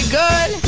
good